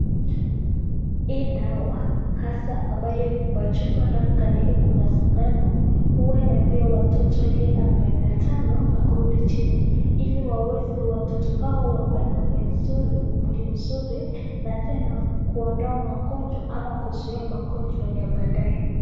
Hii dawa hasa ambayo iko kwa chupa halafu kando yake kuna sindano, huwa inapewa watoto walio na miaka tano na kurudi chini, ili waweze watoto hao wakue na afya nzuri, mwili nzuri na tena kuondoa magonjwa ama kuzuia magonjwa ya baadae.